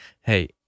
Hey